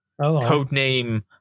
codename